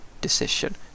decision